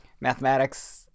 mathematics